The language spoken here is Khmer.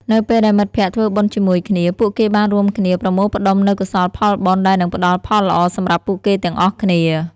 នៅពេលដែលមិត្តភក្តិធ្វើបុណ្យជាមួយគ្នា ពួកគេបានរួមគ្នាប្រមូលផ្តុំនូវកុសលផលបុណ្យដែលនឹងផ្តល់ផលល្អសម្រាប់ពួកគេទាំងអស់គ្នា។